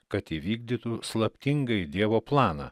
kad įvykdytų slaptingąjį dievo planą